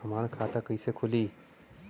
हमार खाता कईसे खुली?